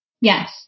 Yes